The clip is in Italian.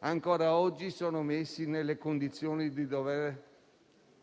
ancora oggi sono messi nelle condizioni di dover sopravvivere